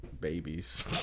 babies